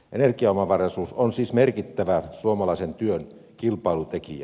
energiaomavaraisuus on siis merkittävä suomalaisen työn kilpailutekijä